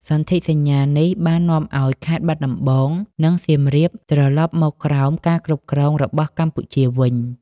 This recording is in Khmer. សន្ធិសញ្ញានេះបាននាំឲ្យខេត្តបាត់ដំបង និងសៀមរាបត្រលប់មកក្រោមការគ្រប់គ្រងរបស់កម្ពុជាវិញ។